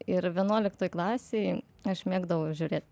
ir vienuoliktoj klasėj aš mėgdavau žiūrėt